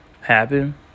happen